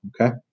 okay